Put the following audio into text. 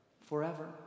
Forever